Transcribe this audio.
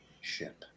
ship